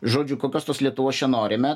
žodžiu kokios tos lietuvos čia norime